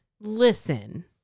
Listen